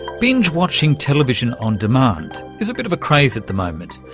binge-watching television on demand is a bit of a craze at the moment,